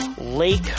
lake